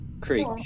Creek